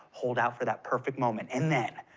hold out for that perfect moment, and then.